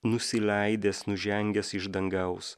nusileidęs nužengęs iš dangaus